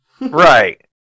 Right